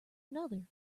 another